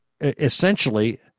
essentially—